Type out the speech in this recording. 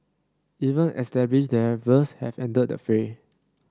even established developers have entered the fray